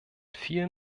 vielen